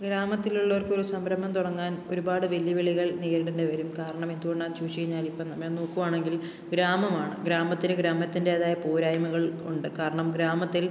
ഗ്രാമത്തിലുള്ളവർക്ക് ഒരു സംരംഭം തുടങ്ങാൻ ഒരുപാട് വെല്ലുവിളികൾ നേരിടേണ്ടി വരും കാരണം എന്തുകൊണ്ടാണെന്ന് ചോദിച്ചു കഴിഞ്ഞാൽ ഇപ്പം നോക്കുവാണെങ്കിൽ ഗ്രാമമാണ് ഗ്രാമത്തിന് ഗ്രാമത്തിൻ്റേതായ പോരായ്മകൾ ഉണ്ട് കാരണം ഗ്രാമത്തിൽ